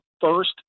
first